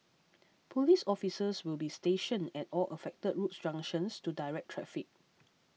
police officers will be stationed at all affected road junctions to direct traffic